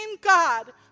God